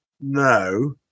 No